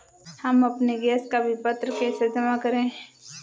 हम अपने गैस का विपत्र कैसे जमा करें?